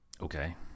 Okay